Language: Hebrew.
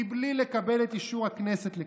בלי לקבל את אישור הכנסת לכך.